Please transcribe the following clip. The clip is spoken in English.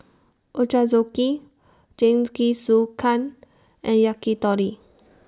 Ochazuke Jingisukan and Yakitori